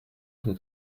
von